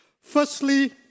Firstly